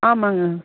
ஆமாம்ங்க